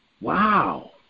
Wow